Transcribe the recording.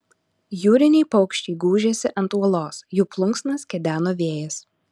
jūriniai paukščiai gūžėsi ant uolos jų plunksnas kedeno vėjas